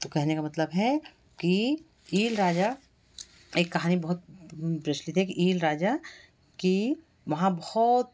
तो कहने का मतलब है कि ईल राजा एक कहानी बहुत प्रचलित है कि ईल राजा की वहाँ बहुत